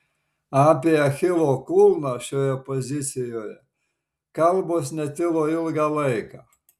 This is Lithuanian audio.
apie achilo kulną šioje pozicijoje kalbos netilo ilgą laiką